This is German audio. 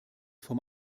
vom